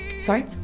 Sorry